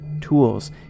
tools